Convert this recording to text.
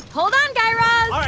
hold on, guy raz